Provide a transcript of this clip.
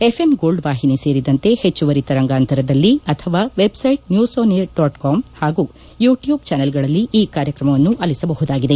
FM gold ವಾಹಿನಿ ಸೇರಿದಂತೆ ಹೆಚ್ಚುವರಿ ತರಂಗಾಂತರದಲ್ಲಿ ಅಥವಾ website news on air dot com ಹಾಗೂ ಯುಟ್ಟೂಬ್ ಚಾನೆಲ್ಗಳಲ್ಲಿ ಈ ಕಾರ್ಯಕ್ರಮವನ್ನು ಆಲಿಸಬಹುದಾಗಿದೆ